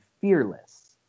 fearless